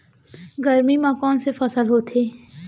गरमी मा कोन से फसल होथे?